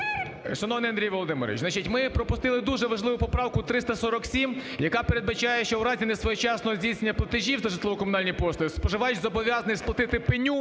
Шановний Андрій Володимирович, ми пропустили дуже важливу поправку 347, яка передбачає, що у разі несвоєчасного здійснення платежів за житлово-комунальні послуги споживач зобов'язаний сплатити пеню